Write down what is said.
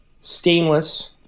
stainless